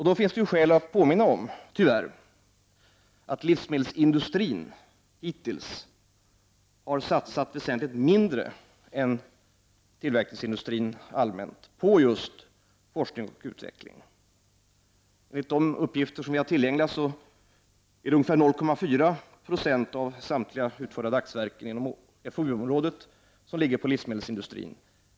Då finns det skäl att påminna om att livsmedelsindustrin hittills tyvärr har satsat väsentligt mindre än tillverkningsindustrin på forskning och utveckling. Enligt de uppgifter vi har tillgängliga är det ungefär 0,4 90 av samtliga utförda dagsverken inom FoU-området som ligger på livsmedelsindustrin.